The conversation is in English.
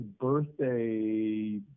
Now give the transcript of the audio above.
birthday